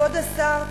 כבוד השר,